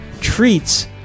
treats